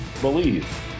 believe